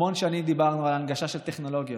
המון שנים דיברנו על הנגשה של טכנולוגיות,